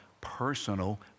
personal